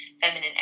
feminine